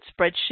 spreadsheet